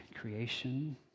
creation